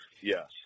Yes